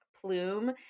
plume